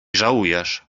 żałujesz